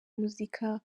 muzika